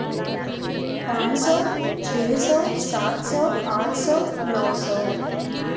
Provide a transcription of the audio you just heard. पाँच सौ छः सौ सात सौ आठ सौ नौ सौ